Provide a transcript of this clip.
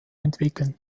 entwickeln